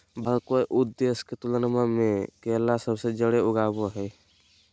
भारत कोय आउ देश के तुलनबा में केला सबसे जाड़े उगाबो हइ